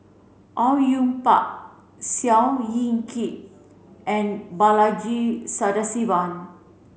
Au Yue Pak Seow Yit Kin and Balaji Sadasivan